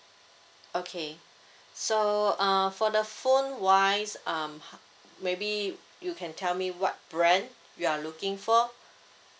okay so uh for the phone wise um h~ maybe you can tell me what brand you are looking for